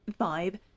vibe